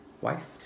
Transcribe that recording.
Wife